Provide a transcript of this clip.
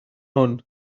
hwn